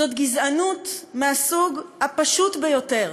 זו גזענות מהסוג הפשוט ביותר,